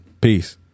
Peace